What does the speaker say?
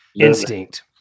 instinct